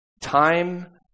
Time